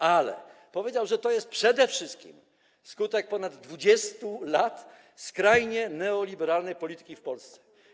Ale powiedział, że to jest przede wszystkim skutek ponad 20 lat skrajnie neoliberalnej polityki w Polsce.